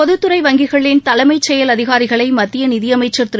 பொதுத்துறை வங்கிகளின் தலைமைச் செயல் அதிகாரிகளை மத்திய நிதியமைச்ச் திரு